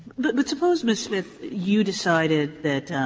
but but suppose, ms. smith, you decided that